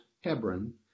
Hebron